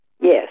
Yes